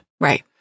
Right